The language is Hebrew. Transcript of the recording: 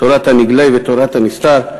תורת הנגלה ותורת הנסתר.